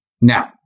Now